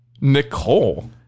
Nicole